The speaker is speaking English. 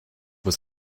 was